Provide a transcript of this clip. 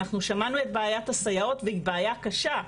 אנחנו שמענו את בעיית הסייעות והיא בעיה קשה.